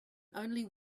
only